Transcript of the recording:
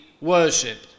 worshipped